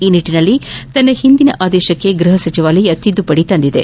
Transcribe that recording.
ಈ ನಿಟ್ಟಿನಲ್ಲಿ ತನ್ನ ಹಿಂದಿನ ಆದೇಶಕ್ತೆ ಗೃಹ ಸಚಿವಾಲಯ ತಿದ್ದುಪಡಿ ಮಾಡಿದೆ